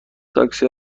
تاکسی